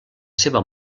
seva